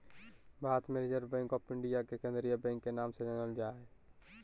भारत मे reserve bank of India के केंद्रीय बैंक के नाम से जानल जा हय